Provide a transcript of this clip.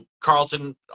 Carlton